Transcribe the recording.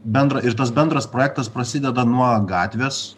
bendra ir tas bendras projektas prasideda nuo gatvės